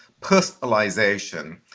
personalization